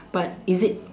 but is it